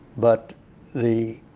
but the